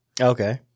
Okay